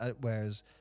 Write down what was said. whereas